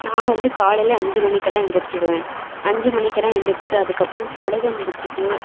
நான் வந்து காலையில் அஞ்சு மணிக்கெல்லாம் எந்திரிச்சுடுவேன் அஞ்சு மணிக்கெல்லாம் எந்திரிச்சிவிட்டு அதுக்கப்புறம் தொழுகை முடிச்சிவிட்டு